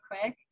quick